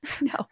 No